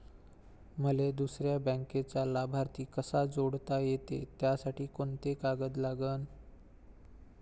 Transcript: मले दुसऱ्या बँकेचा लाभार्थी कसा जोडता येते, त्यासाठी कोंते कागद लागन?